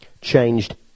changed